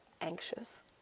anxious